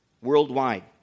Worldwide